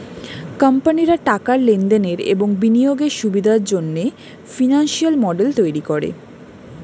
কোম্পানিরা টাকার লেনদেনের এবং বিনিয়োগের সুবিধার জন্যে ফিনান্সিয়াল মডেল তৈরী করে